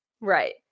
Right